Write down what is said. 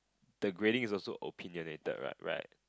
the grading is also opinionated what right